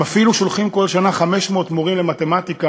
הם אפילו שולחים בכל שנה 500 מורים למתמטיקה